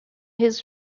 his